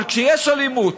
אבל כשיש אלימות,